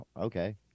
Okay